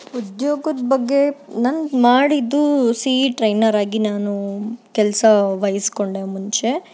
ಉದ್ಯೋಗದ ಬಗ್ಗೆ ನಂಗೆ ಮಾಡಿದ್ದು ಸಿ ಇ ಟ್ರೈನರ್ ಆಗಿ ನಾನು ಕೆಲಸ ವಹಿಸಿಕೊಂಡೆ ಮುಂಚೆ